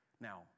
Now